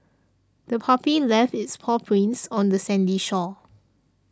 the puppy left its paw prints on the sandy shore